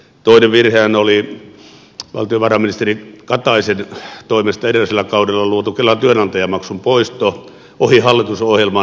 toinen virhehän oli valtiovarainministeri kataisen toimesta edellisellä kaudella luotu kelan työnantajamaksun poisto ohi hallitusohjelman